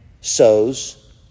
sows